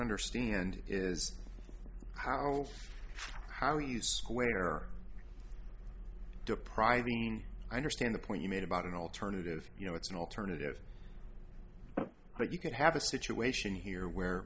understand is how howie is square depriving i understand the point you made about an alternative you know it's an alternative but you could have a situation here where